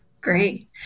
Great